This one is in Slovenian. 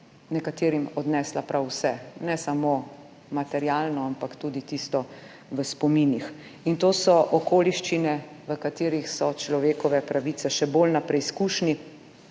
nekaterim odnesla prav vse, ne samo materialno, ampak tudi tisto v spominih. In to so okoliščine, v katerih so človekove pravice še bolj na preizkušnji,